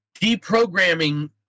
deprogramming